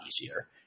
easier